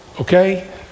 Okay